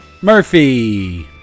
Murphy